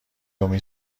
امین